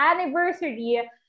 anniversary